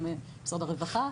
גם למשרד הרווחה.